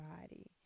body